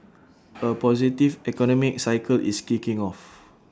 A positive economic cycle is kicking off